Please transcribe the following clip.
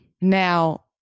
now